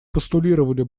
постулировали